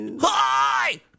Hi